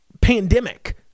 pandemic